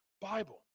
Bible